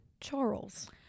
Charles